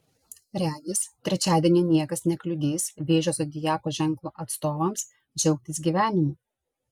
regis trečiadienį niekas nekliudys vėžio zodiako ženklo atstovams džiaugtis gyvenimu